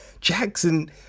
Jackson